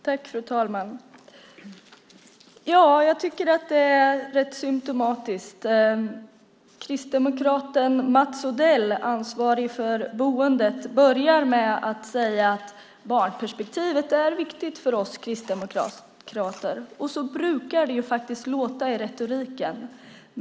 Fru talman! Jag tycker att det är rätt symtomatiskt. Kristdemokraten Mats Odell, ansvarig för boendet, börjar med att säga att barnperspektivet är viktigt för Kristdemokraterna. Så brukar det låta i retoriken.